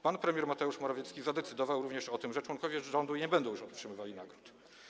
Pan premier Mateusz Morawiecki zadecydował również o tym, że członkowie rządu nie będą już otrzymywali nagród.